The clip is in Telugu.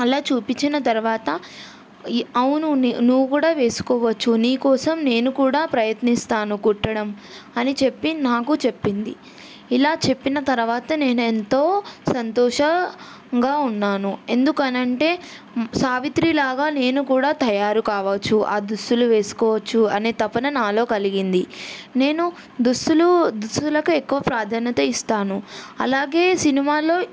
అలా చూపించిన తర్వాత అవును నువ్వు కూడా వేసుకోవచ్చు నీకోసం నేను కూడా ప్రయత్నిస్తాను కుట్టడం అని చెప్పి నాకు చెప్పింది ఇలా చెప్పిన తర్వాత నేను ఎంతో సంతోషంగా ఉన్నాను ఎందుకని అంటే సావిత్రి లాగా నేను కూడా తయారు కావచ్చు ఆ దుస్తులు వేసుకోవచ్చు అనే తపన నాలో కలిగింది నేను దుస్తులు దుస్తులకు ఎక్కువ ప్రాధాన్యత ఇస్తాను అలాగే సినిమాలో